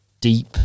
deep